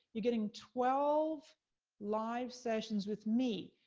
you're getting twelve live sessions with me.